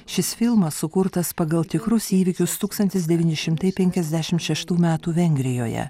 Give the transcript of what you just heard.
šis filmas sukurtas pagal tikrus įvykius tūkstantis devyni šimtai penkiasdešim šeštų metų vengrijoje